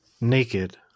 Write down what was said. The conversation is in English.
naked